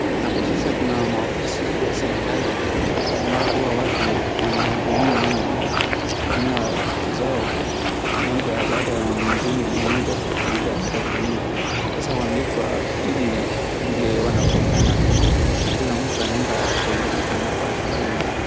Hapo sasa kuna maofisi ya serikali ambapo hao watu wanahudumia au wanafanyiwa vitu zao .Mmoja baada ya mwingine au badala ya mwingine sasa wanaitwa vile wanafwatana na kila mtu anaenda kwenye anapaswa aende.